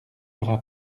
aura